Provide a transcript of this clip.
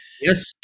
Yes